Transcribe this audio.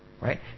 Right